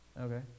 Okay